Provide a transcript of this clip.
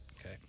Okay